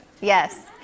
Yes